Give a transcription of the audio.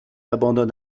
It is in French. abandonne